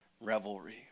revelry